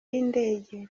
y’indege